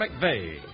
McVeigh